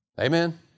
Amen